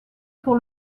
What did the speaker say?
pour